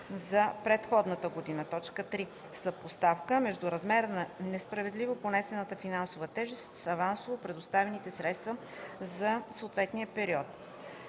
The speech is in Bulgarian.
за предходната година; 3. съпоставка между размера на несправедливо понесената финансова тежест с авансово предоставените средства за съответния период.